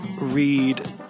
read